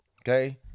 Okay